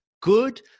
good